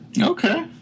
Okay